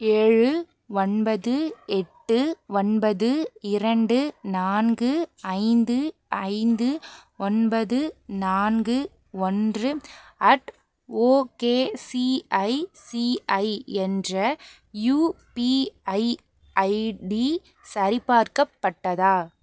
ஏழு ஒன்பது எட்டு ஒன்பது இரண்டு நான்கு ஐந்து ஐந்து ஒன்பது நான்கு ஒன்று அட் ஓகேசிஐசிஐ என்ற யுபிஐ ஐடி சரிபார்க்கப்பட்டதா